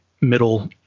middle